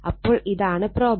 അപ്പോൾ ഇതാണ് പ്രോബ്ലം